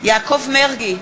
יעקב מרגי,